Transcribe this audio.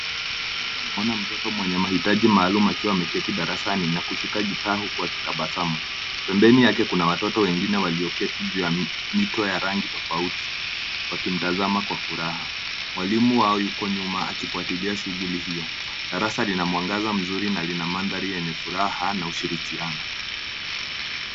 Hapa naona mtoto mwenye maitaji maalum akiwa ameketi darasani akishika kitabu na kutabasamu. Pembeni yake kuna watoto wengine walioketi juu moto ya rangi tofauti wakitazama kwa furaha. Mwalimu wao yuko nyuma akifuatilia shughuli hiyo .Darasa lina mwangaza mzuri na lina mandhari yenye furaha na ushirikiano.